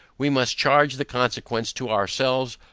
we must charge the consequence to ourselves,